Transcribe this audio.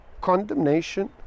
condemnation